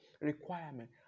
requirement